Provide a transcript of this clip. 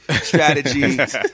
Strategies